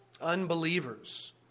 unbelievers